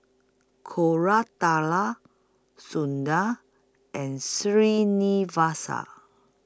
Koratala Sundar and Srinivasa